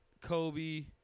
Kobe